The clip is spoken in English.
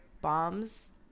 bombs